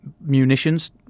munitions